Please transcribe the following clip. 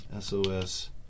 SOS